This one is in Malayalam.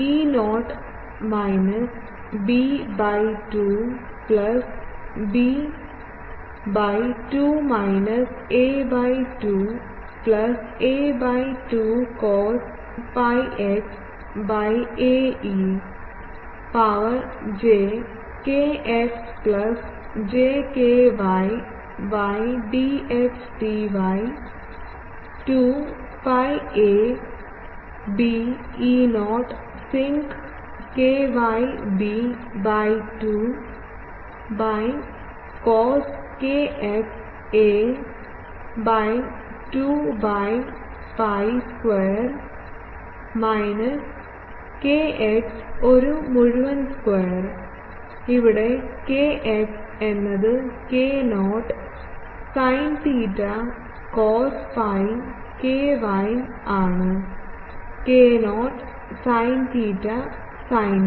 E0 minus b by 2 plus b by 2 minus a by 2 plus a by 2 cos pi x by a e power j kx plus j ky y dxdy 2 pi a b E0 sinc ky b by 2 by cos kx a by 2 by pi square minus kx ഒരു മുഴുവൻ സ്ക്വയർ ഇവിടെ kx എന്നത് k0 sine theta cos phi ky ആണ് k0സൈൻ തീറ്റ സൈൻ ഫി